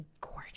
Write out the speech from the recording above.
gorgeous